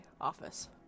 office